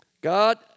God